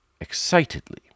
excitedly